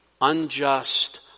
unjust